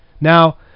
Now